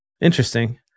Interesting